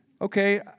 okay